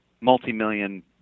multi-million